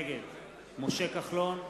נגד משה כחלון,